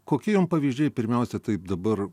kokie jum pavyzdžiai pirmiausia tai dabar